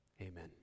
Amen